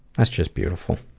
that's just beautiful.